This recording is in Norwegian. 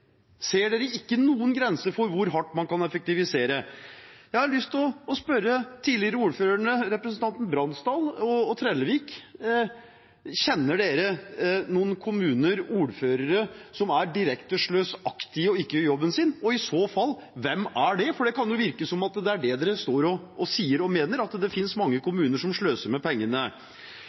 Ser de ikke noen grenser for hvor hardt man kan effektivisere? Jeg har lyst til å spørre de tidligere ordførerne, representantene Bransdal og Trellevik: Kjenner de noen kommuner og ordførere som er direkte sløsaktige og ikke gjør jobben sin? I så fall: Hvem er det? Det kan virke som om det er det de står og sier og mener, at det finnes mange kommuner som sløser med pengene.